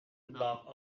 block